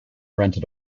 rented